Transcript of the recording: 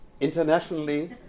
Internationally